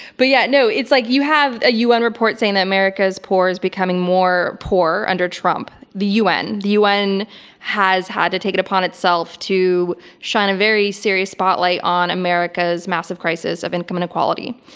but, yeah, no, it's like you have a un report saying that america's poor is becoming more poor under trump. the un. the un has had to take it upon itself to shine a very serious spotlight on america's massive crisis of income inequality.